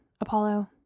Apollo